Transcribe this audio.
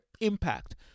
impact